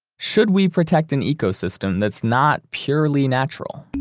should we protect an ecosystem that's not purely natural?